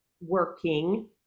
working